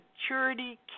Security